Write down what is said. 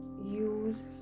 Use